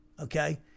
okay